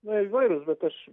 na įvairūs bet aš